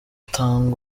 atanga